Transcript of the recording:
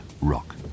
rock